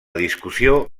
discussió